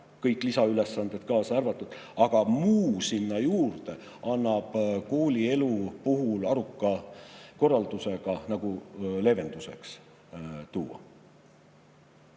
kõik lisaülesanded kaasa arvata. Aga muu sinna juurde annab koolielu puhul aruka korraldusega leevenduseks tuua.